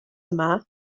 yma